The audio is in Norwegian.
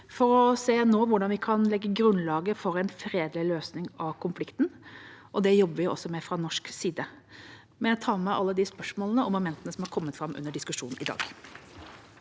for å se på hvordan vi kan legge grunnlaget for en fredelig løsning av konflikten. Det jobber vi også med fra norsk side, og jeg tar med meg alle de spørsmålene og momentene som har kommet fram under diskusjonen i dag.